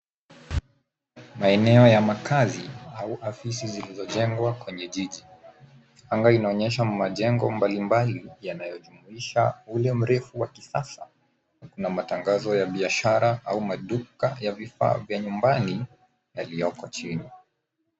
Maeneo ya makazi au ofisi zilizojengwa kwenye jiji. Anga inaonyesha majengo mbalimbali yanayojumuisha ule mrefu wa kisasa na matangazo ya biashara au maduka ya vifaa vya nyumbani yaliyoko chini.